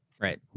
right